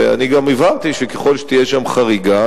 ואני הבהרתי שככל שתהיה שם חריגה,